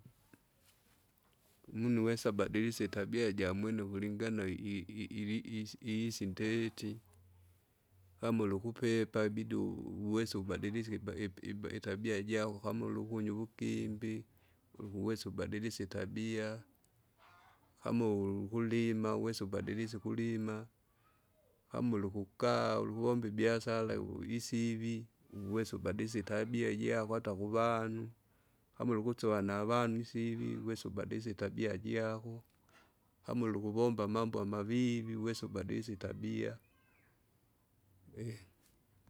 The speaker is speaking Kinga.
Imunu wesa abadilise itabia jamwene kulingana i- i- ili- is- isindeti, kamaulukupepa bidi uwesa ubadilise ikiba ipi iba itabia jabo kama ulukunywa uvugimbi, ukuwese ubadilise itabia kama ulikulima uwesa uwesa ubadilise ukulima, kama ulikukaa, ulukuvomba ibiasala uisivi, uwesa ubadilise itabia ata kuvanu. kama ulikusova navanu isivi, uwesa ubadilishe itabia jiako, kama ulikuvomba amambo amavivi uwesa ubadilishe itabia.